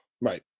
Right